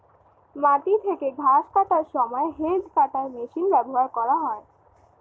মাটি থেকে ঘাস কাটার সময় হেজ্ কাটার মেশিন ব্যবহার করা হয়